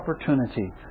opportunity